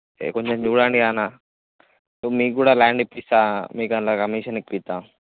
ఏ కొంచెం చూడండి అన్న సో మీకు కూడా ల్యాండ్ ఇప్పిస్తాను మీకు అందులో కమిషన్ ఇప్పిస్తాను